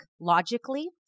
logically